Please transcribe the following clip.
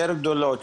יותר גדולות,